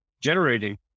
generating